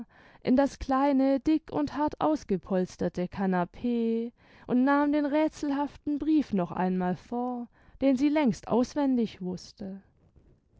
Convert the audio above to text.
in das kleine dick und hart ausgepolsterte canapee und nahm den räthselhaften brief noch einmal vor den sie längst auswendig wußte